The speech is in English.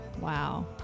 Wow